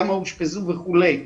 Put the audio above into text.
כמה אושפזו וכולי,